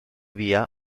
via